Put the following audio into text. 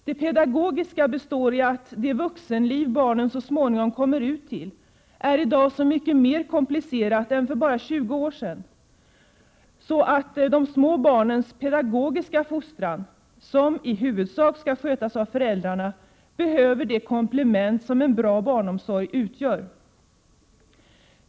Det pedagogiska består i att det vuxenliv barnen så småningom kommer ut till är så mycket mer komplicerat i dag än för bara 20 år sedan, att de små barnens pedagogiska fostran, som i huvudsak skall skötas av föräldrarna, behöver det komplement som en god barnomsorg utgör.